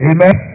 Amen